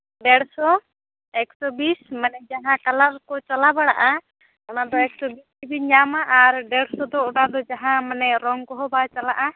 ᱫᱮᱲᱥᱚ ᱮᱠᱥᱚ ᱵᱤᱥ ᱢᱟᱱᱮ ᱡᱟᱦᱟᱸ ᱠᱟᱞᱟᱨ ᱠᱚ ᱪᱟᱞᱟᱣ ᱵᱟᱲᱟᱜ ᱼᱟ ᱚᱱᱟ ᱫᱚ ᱮᱠᱥᱚ ᱵᱤᱥ ᱛᱮᱵᱤᱱ ᱧᱟᱢᱟ ᱟᱨ ᱫᱮᱲᱥᱚ ᱫᱚ ᱡᱟᱦᱟᱸ ᱢᱟᱱᱮ ᱨᱚᱝ ᱠᱚᱦᱚᱸ ᱵᱟᱝ ᱪᱟᱞᱟᱜᱼᱟ